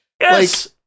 Yes